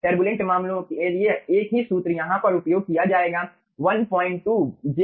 turbulent मामलों के लिए एक ही सूत्र यहाँ पर उपयोग किया जाएगा 12 j u∞ 1